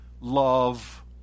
love